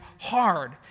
hard